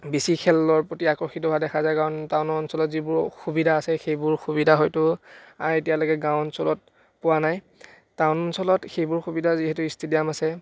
বেছি খেলৰ প্ৰতি আকৰ্ষিত হোৱা দেখা যায় কাৰণ টাউন অঞ্চলত যিবোৰ সুবিধা আছে সেইবোৰ সুবিধা হয়তো এতিয়ালৈকে গাঁও অঞ্চলত পোৱা নাই টাউন অঞ্চলত সেইবোৰ সুবিধা যিহেতু ষ্টেডিয়াম আছে